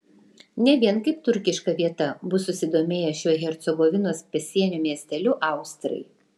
ne vien kaip turkiška vieta bus susidomėję šiuo hercegovinos pasienio miesteliu austrai